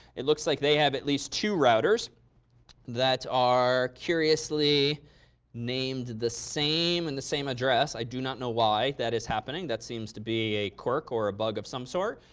it looks like they have at least two routers that are curiously named the same in and the same address. i do not know why that is happening. that seems to be a quirk or a bug of some sort.